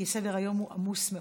כי סדר-היום הוא עמוס מאוד.